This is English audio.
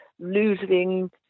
losing